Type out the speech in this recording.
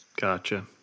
Gotcha